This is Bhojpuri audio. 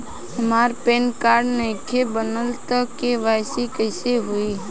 हमार पैन कार्ड नईखे बनल त के.वाइ.सी कइसे होई?